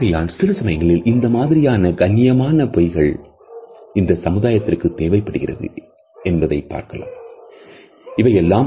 ஆகையால் சில சமயங்களில் இந்த மாதிரியான கண்ணியமான பொய்கள் இந்த சமுதாயத்திற்கு தேவைப்படுகிறது என்பதை பார்க்கலாம்